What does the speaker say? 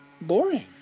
boring